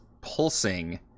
pulsing